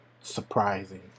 surprising